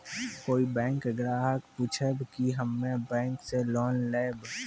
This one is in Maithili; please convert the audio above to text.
कोई बैंक ग्राहक पुछेब की हम्मे बैंक से लोन लेबऽ?